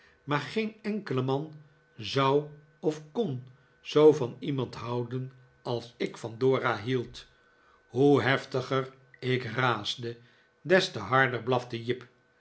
maar geen enkele man zou of kon zoo van iemand houden als ik van dora hield hoe heftiger ik raasde des te harder blafte jip